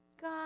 God